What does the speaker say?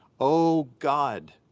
oh god,